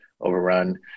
overrun